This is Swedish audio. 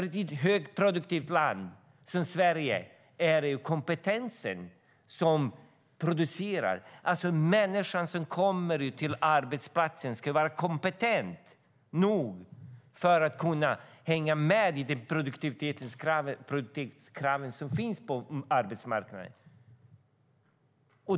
I ett högproduktivt land som Sverige är det kompetensen som producerar. Människan som kommer ut till arbetsplatsen ska vara kompetent nog att kunna hänga med i de produktivitetskrav som finns på arbetsmarknaden.